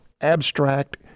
abstract